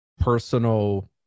personal